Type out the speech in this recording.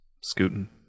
scooting